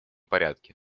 порядке